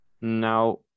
Now